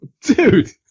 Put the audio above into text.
Dude